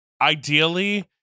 ideally